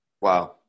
Wow